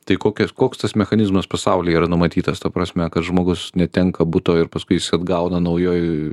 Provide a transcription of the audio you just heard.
tai kokias koks tas mechanizmas pasaulyje yra numatytas ta prasme kad žmogus netenka buto ir paskui jis atgauna naujoj